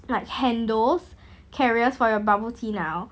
like handles carriers for your bubble tea now